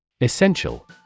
Essential